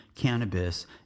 cannabis